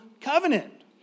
covenant